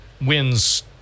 wins